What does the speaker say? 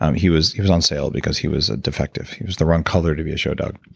um he was he was on sale because he was a defective. he was the wrong color to be a show dog.